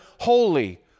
holy